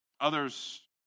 Others